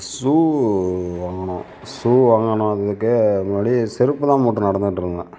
இந்த ஷூ வாங்கணும் ஷூ வாங்குறதுக்கு முன்னாடி செருப்புதான் போட்டு நடந்துகிட்ருந்தேன்